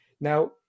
Now